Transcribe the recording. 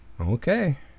Okay